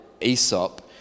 Aesop